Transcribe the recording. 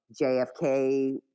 JFK